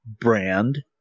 brand